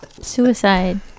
Suicide